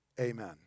Amen